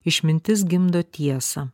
išmintis gimdo tiesą